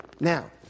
Now